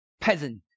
peasant